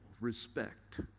respect